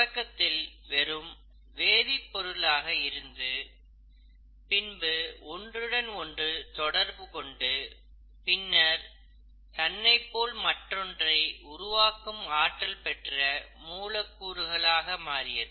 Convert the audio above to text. தொடக்கத்தில் வெறும் வேதிப் பொருளாக இருந்து பின்பு ஒன்றுடன் ஒன்று தொடர்பு கொண்டு பின்னர் தன்னைப்போல் மற்றொன்றை உருவாக்கும் ஆற்றல் பெற்ற மூலக்கூறாக மாறியது